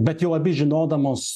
bet jau abi žinodamos